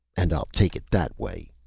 and i'll take it that way!